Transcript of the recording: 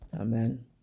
Amen